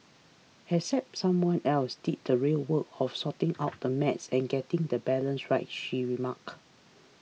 except someone else did the real work of sorting out the math and getting the balance right she remarked